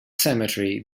cemetery